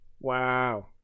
Wow